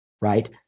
right